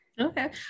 Okay